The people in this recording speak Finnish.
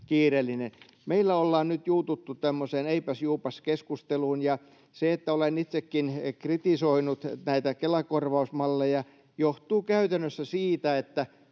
kiireellinen. Meillä ollaan nyt juututtu tämmöiseen eipäs—juupas-keskusteluun, ja se, että olen itsekin kritisoinut näitä Kelan korvausmalleja, johtuu käytännössä siitä, että